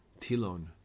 Tilon